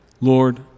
Lord